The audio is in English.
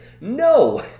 No